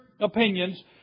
opinions